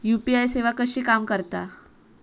UPI सेवा कशी काम करता?